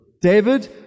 David